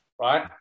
right